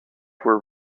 were